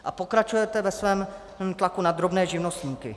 A pokračujete ve svém tlaku na drobné živnostníky.